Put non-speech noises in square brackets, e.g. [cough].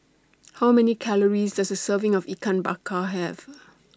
[noise] How Many Calories Does A Serving of Ikan Bakar Have [noise]